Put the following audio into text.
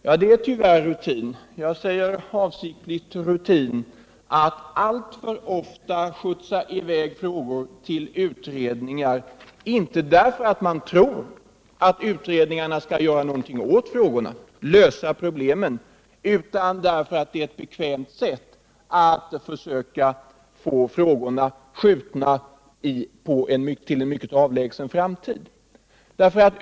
Ja, det är tyvärr rutin — jag understryker rutin — att alltför ofta skjutsa iväg frågor till utredningar, inte därför att man tror att utredningarna skall göra något åt frågorna eller lösa problemen utan därför att det är ett bekvämt sätt att få frågorna skjutna till en mycket avlägsen framtid.